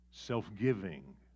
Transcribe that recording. self-giving